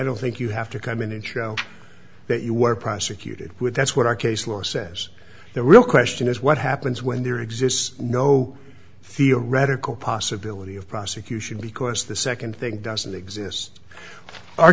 don't think you have to come in and show that you were prosecuted with that's what our case law says the real question is what happens when there exists no theoretical possibility of prosecution because the nd thing doesn't exist